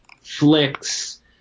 flicks